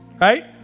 right